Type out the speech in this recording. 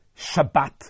Shabbat